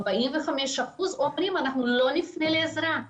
45% אומרים: אנחנו לא נפנה לעזרה.